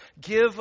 Give